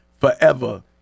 forever